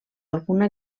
alguna